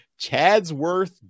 Chadsworth